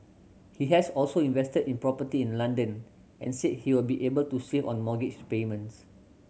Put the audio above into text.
he has also invested in property in London and said he will be able to save on mortgage payments